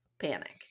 panic